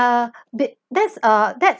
ah did that's uh that